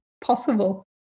possible